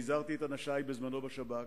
הזהרתי את אנשי בשב"כ